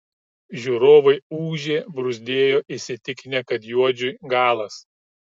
žiūrovai ūžė bruzdėjo įsitikinę kad juodžiui galas